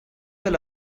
will